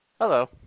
hello